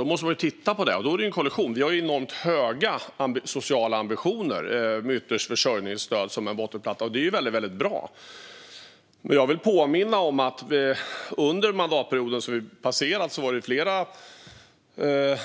Då måste man titta på detta, och där blir det en kollision. Vi har ju enormt höga sociala ambitioner, med försörjningsstöd som en yttersta bottenplatta, vilket är väldigt bra. Men jag vill påminna om att det under den förra mandatperioden var flera